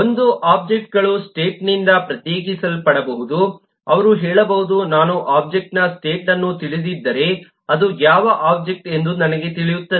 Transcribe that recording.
1 ಒಬ್ಜೆಕ್ಟ್ಗಳು ಸ್ಟೇಟ್ನಿಂದ ಪ್ರತ್ಯೇಕಿಸಲ್ಪಡಬಹುದು ಅವರು ಹೇಳಬಹುದು ನಾನು ಒಬ್ಜೆಕ್ಟ್ನ ಸ್ಟೇಟ್ ಅನ್ನು ತಿಳಿದಿದ್ದರೆ ಅದು ಯಾವ ಒಬ್ಜೆಕ್ಟ್ ಎಂದು ನನಗೆ ತಿಳಿಯುತ್ತದೆ